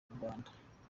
rwanda